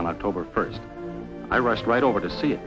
on october first i rushed right over to see